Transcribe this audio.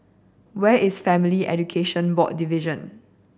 where is Family Education Board Division